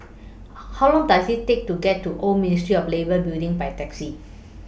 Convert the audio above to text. How Long Does IT Take to get to Old Ministry of Labour Building By Taxi